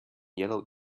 yellow